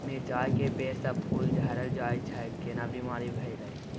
मिर्चाय के पेड़ स फूल झरल जाय छै केना बीमारी भेलई?